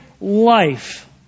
life